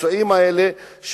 לפצועים האלה,